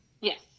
Yes